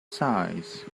size